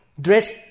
dress